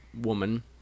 woman